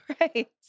Right